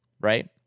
Right